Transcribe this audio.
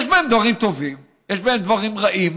יש בהם דברים טובים, יש בהם דברים רעים,